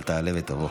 אבל תעלה ותבוא.